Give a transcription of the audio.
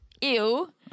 Ew